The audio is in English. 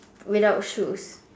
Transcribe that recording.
without shoes